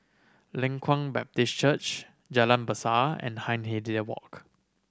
Leng Kwang Baptist Church Jalan Besar and Hindhede Walk